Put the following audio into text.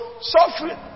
suffering